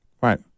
right